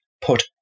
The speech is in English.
put